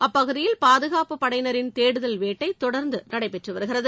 அப்பகுதியில் பாதுகாப்புப் படையினரின் தேடுதல் வேட்டை தொடர்ந்து நடைபெற்று வருகிறது